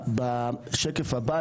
בשקף הבא,